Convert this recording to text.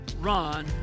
run